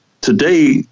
today